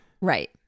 right